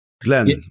glenn